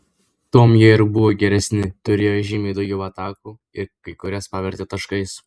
tuom jie ir buvo geresni turėjo žymiai daugiau atakų ir kai kurias pavertė taškais